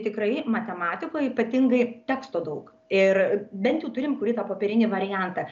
tikrai matematikoj ypatingai teksto daug ir bent jau turim kurį tą popierinį variantą